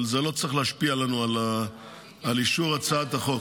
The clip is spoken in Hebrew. אבל זה לא צריך להשפיע לנו על אישור הצעת החוק.